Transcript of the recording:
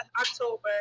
October